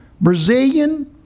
Brazilian